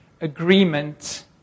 agreement